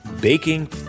baking